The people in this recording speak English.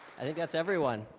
i think that's everyone